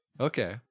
Okay